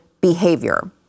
behavior